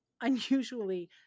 Unusually